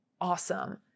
awesome